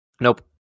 Nope